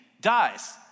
dies